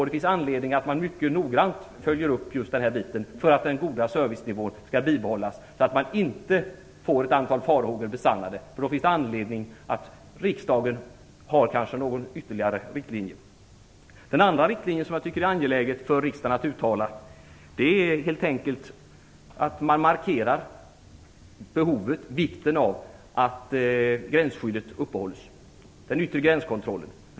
Det finns anledning att man mycket noggrant följer just den här delen för att den goda servicenivån skall bibehållas, så att man inte får ett antal farhågor besannade. I så fall finns det kanske anledning för riksdagen att ha någon ytterligare riktlinje. Den andra riktlinjen som jag tycker är angelägen för riksdagen är helt enkelt att man markerar vikten av att den yttre gränskontrollen upprätthålls.